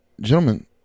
gentlemen